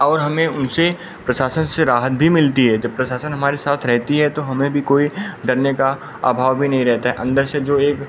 और हमें उनसे प्रशासन से राहत भी मिलती है जब प्रशासन हमारे साथ रहती है तो हमें भी कोई डरने का अभाव भी नहीं रहता है अन्दर से जो एक